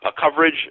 coverage